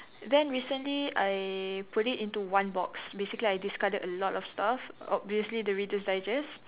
then recently I put it into one box basically I discarded a lot of stuff obviously the reader's digest